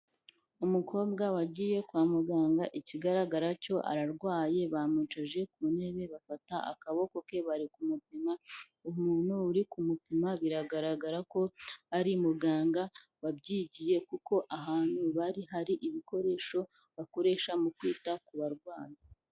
Umukobwa wagiye kwa muganga ikigaragara cyo ararwaye, bamwicaje ku ntebe bafata akaboko ke bari kumupima, umuntu uri kumupima biragaragara ko ari muganga wabyigiye kuko ahantu bari hari ibikoresho bakoresha mu kwita ku barwayi.